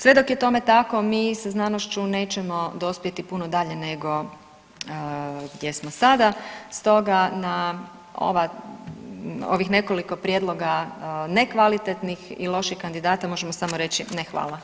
Sve dok je tome tako mi sa znanošću nećemo dospjeti puno dalje nego gdje smo sada stoga na ova, ovih nekoliko prijedloga nekvalitetnih i loših kandidata možemo samo reći ne hvala.